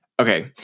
okay